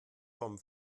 von